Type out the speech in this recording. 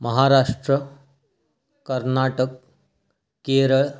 Maharashtra Karnataka Kerala